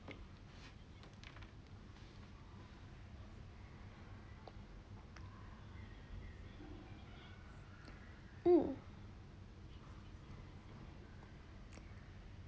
um